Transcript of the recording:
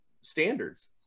standards